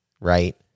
right